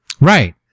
Right